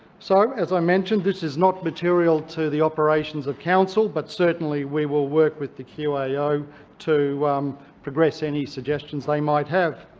so, as i mentioned, this is not material to the operations of council, but certainly we will work with the qao ah yeah to progress any suggestions they might have.